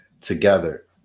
together